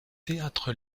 théâtre